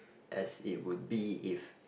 as it would be if